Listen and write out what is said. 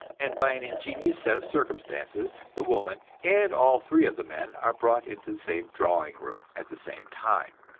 and by an ingenious set of circumstances the woman and all three of the men are brought into the same drawing-room at the same time.